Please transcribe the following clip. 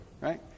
right